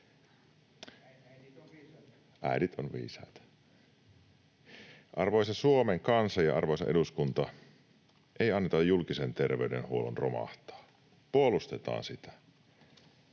Äidit on viisaita. Arvoisa Suomen kansa ja arvoisa eduskunta, ei anneta julkisen terveydenhuollon romahtaa. Puolustetaan sitä.